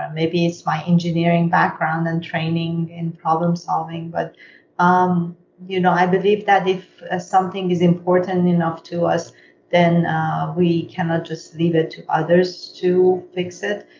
maybe it's my engineering background and training and problem solving. but um you know i believe that if ah something is important enough to us then we cannot just leave it to others to fix it,